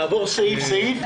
תעבור סעיף-סעיף.